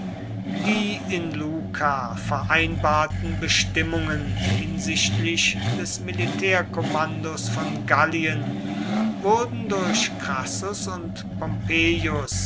die in luca vereinbarten bestimmungen hinsichtlich des militärkommandos von gallien wurden durch crassus und